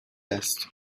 است